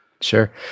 Sure